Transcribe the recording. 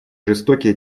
жестокие